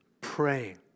praying